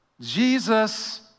Jesus